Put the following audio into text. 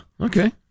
okay